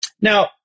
Now